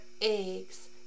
eggs